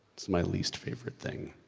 it's my least favorite thing.